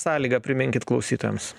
sąlyga priminkit klausytojams